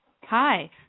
Hi